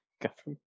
government